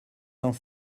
cent